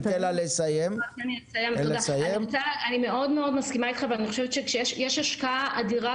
אני מאוד מאוד מסכימה איתך ואני חושבת שיש השקעה אדירה